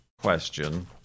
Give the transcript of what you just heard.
question